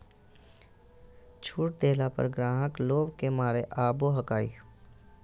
छुट देला पर ग्राहक लोभ के मारे आवो हकाई